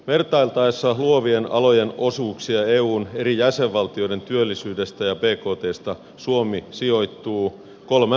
vertailtaessa luovien alojen osuuksia eun eri jäsenvaltioiden työllisyydestä ja bktstä suomi sijoittuu kolmen parhaan joukkoon